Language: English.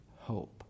hope